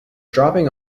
dropping